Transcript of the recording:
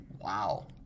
Wow